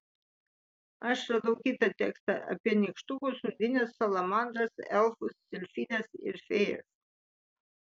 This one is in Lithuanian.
aš radau kitą tekstą apie nykštukus undines salamandras elfus silfides ir fėjas